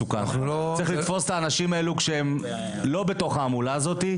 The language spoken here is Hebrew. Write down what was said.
צריך לתפוס את האנשים האלה כשהם לא בתוך ההמולה הזו.